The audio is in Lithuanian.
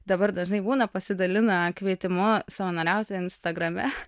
dabar dažnai būna pasidalina kvietimu savanoriaut instagrame